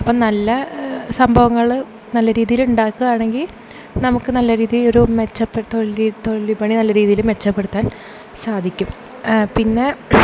അപ്പം നല്ല സംഭവങ്ങൾ നല്ല രീതിയിൽ ഉണ്ടാക്കുക ആണെങ്കിൽ നമുക്ക് നല്ല രീതിയിൽ ഒരു മെച്ചപ്പെട്ട വലിയ തൊഴിൽ വിപണി നല്ല രീതിയിൽ മെച്ചപ്പെടുത്താൻ സാധിക്കും പിന്നെ